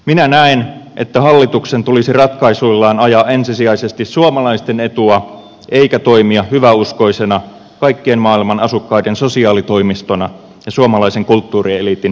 minä näen että hallituksen tulisi ratkaisuillaan ajaa ensisijaisesti suomalaisten etua eikä toimia hyväuskoisena kaikkien maailman asukkaiden sosiaalitoimistona ja suomalaisen kulttuurieliitin elättäjänä